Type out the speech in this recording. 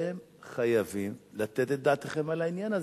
אתם חייבים לתת את דעתכם לעניין הזה.